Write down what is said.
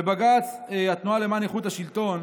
בבג"ץ התנועה למען איכות השלטון